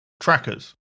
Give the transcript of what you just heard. trackers